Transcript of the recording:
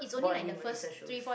bought any Mellisa shoes